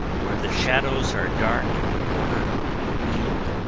where the shadows are dark and the water deep,